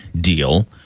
deal